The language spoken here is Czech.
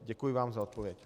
Děkuji vám za odpověď.